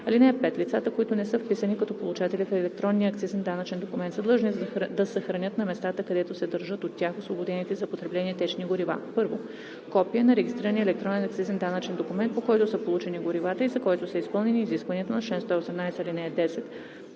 (5) Лицата, които не са вписани като получатели в електронния акцизен данъчен документ, са длъжни да съхраняват на местата, където се държат от тях освободените за потребление течни горива: 1. копие на регистрирания електронен акцизен данъчен документ, по който са получени горивата и за който са изпълнени изискванията на чл. 118, ал.